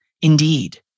Indeed